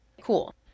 cool